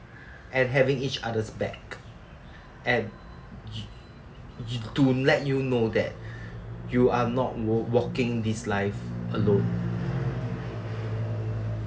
and having each other's back and you to let yo~ know that you are not walking this life alone